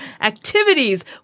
activities